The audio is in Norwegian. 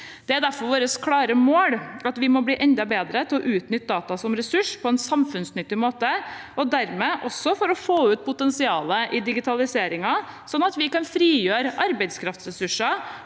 Det er derfor vårt klare mål at vi må bli enda bedre til å utnytte data som ressurs på en samfunnsnyttig måte og dermed få ut potensialet i digitaliseringen, slik at vi kan frigjøre arbeidskraftsressurser